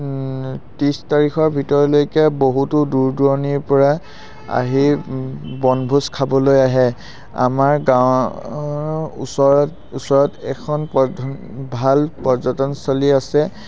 ত্ৰিছ তাৰিখৰ ভিতৰলৈকে বহুতো দূৰ দূৰণিৰপৰা আহি বনভোজ খাবলৈ আহে আমাৰ গাঁৱৰ ওচৰত ওচৰত এখন পৰ্যটন ভাল পৰ্যটনস্থলী আছে